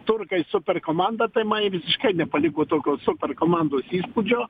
turkai super komanda tai man ji visiškai nepaliko tokio super komandos įspūdžio